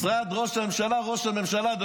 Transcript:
משרד ראש הממשלה, ראש הממשלה.